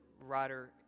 writer